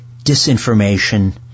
disinformation